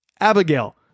Abigail